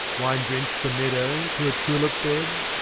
wine-drench the meadow to a tulip-bed?